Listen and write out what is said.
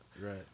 Right